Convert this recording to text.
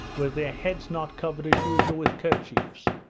with their heads not covered as usual with kerchiefs,